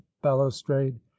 balustrade